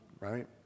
right